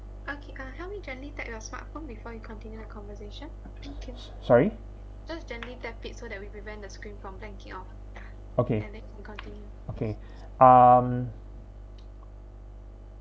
sorry okay okay um